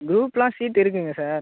குரூப்லாம் seat இருக்குங்க sir